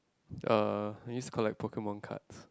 uh I used to collect pokemon cards